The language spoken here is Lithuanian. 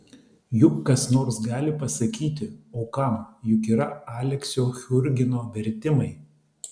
juk kas nors gali pasakyti o kam juk yra aleksio churgino vertimai